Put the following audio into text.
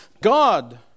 God